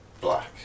black